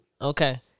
Okay